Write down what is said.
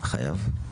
אתה חייב?